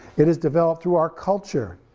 it is developed through our culture,